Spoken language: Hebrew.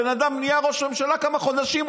הבן אדם נהיה ראש ממשלה כמה חודשים,